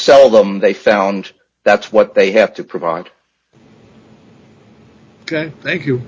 sell them they found that's what they have to provide ok thank you